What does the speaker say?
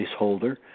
placeholder